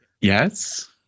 Yes